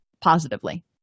positively